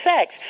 sex